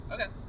Okay